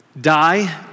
die